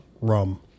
rum